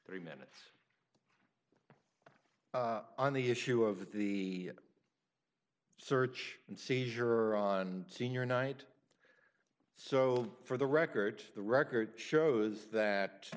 three minutes on the issue of the search and seizure on senior night so for the record the record shows that